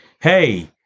hey